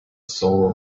soul